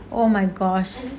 oh my gosh